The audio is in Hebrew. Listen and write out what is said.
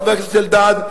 חבר הכנסת אלדד,